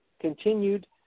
continued